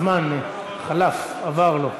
הזמן חלף עבר לו.